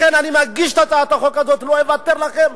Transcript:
לכן אני מגיש את הצעת החוק הזאת, לא אוותר לכם.